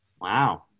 Wow